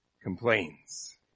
complains